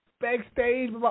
backstage